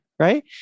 Right